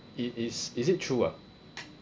it is is it true ah